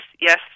Yes